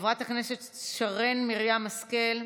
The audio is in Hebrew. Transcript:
חברת הכנסת שרן מרים השכל,